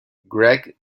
gregg